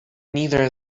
neither